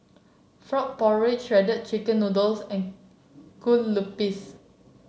Frog Porridge Shredded Chicken Noodles and Kueh Lupis